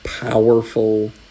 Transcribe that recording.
powerful